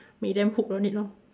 make them hooked on it lor